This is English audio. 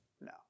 No